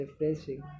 refreshing